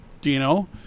Dino